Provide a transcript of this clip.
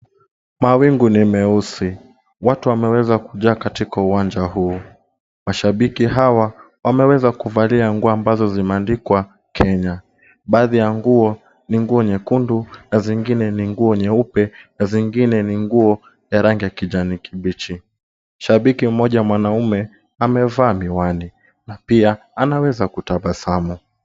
Mawingu ni meusi. Watu wameweza kujaa katika uwanja huu. Mashabiki hawa wameweza kuvalia nguo ambazo zimeandikwa Kenya. Baadhi ya nguo, ni nguo nyekundu na zingine ni nguo nyeupe na zingine ni nguo ya rangi ya kijani kibichi. Shabiki mmoja mwanaume amevaa miwani na pia anaweza kutabasamu.